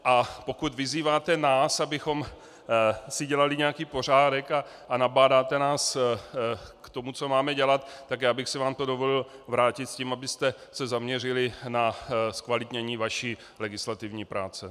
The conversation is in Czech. A pokud vyzýváte nás, abychom si dělali nějaký pořádek, a nabádáte nás k tomu, co máme dělat, tak já bych si vám to dovolil vrátit s tím, abyste se zaměřili na zkvalitnění vaší legislativní práce.